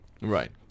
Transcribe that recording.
Right